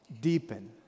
deepen